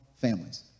families